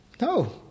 No